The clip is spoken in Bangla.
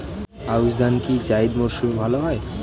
আউশ ধান কি জায়িদ মরসুমে ভালো হয়?